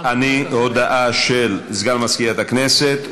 הודעה של סגן מזכירת הכנסת,